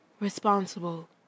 responsible